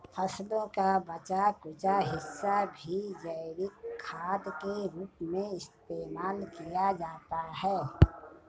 फसलों का बचा कूचा हिस्सा भी जैविक खाद के रूप में इस्तेमाल किया जाता है